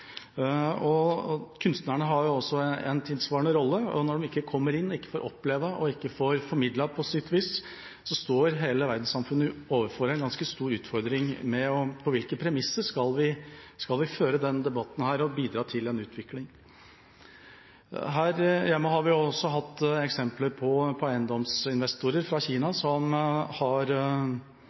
Kunstnerne har også en tilsvarende rolle. Når de ikke kommer inn, ikke får oppleve, og ikke får formidlet på sitt vis, står hele verdenssamfunnet overfor en ganske stor utfordring: På hvilke premisser skal vi føre denne debatten og bidra til en utvikling? Her hjemme har vi også sett eksempler på eiendomsinvestorer fra Kina som har